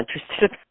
interested